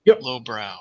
lowbrow